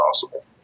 possible